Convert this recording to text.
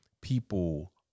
people